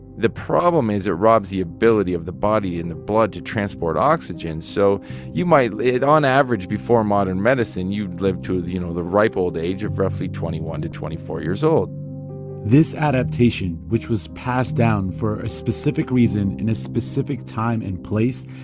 the problem is it robs the ability of the body and the blood to transport oxygen. so you might on average, before modern medicine, you'd live to, you know, the ripe old age of roughly twenty one to twenty four years old this adaptation, which was passed down for a specific reason in a specific time and place,